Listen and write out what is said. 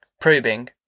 probing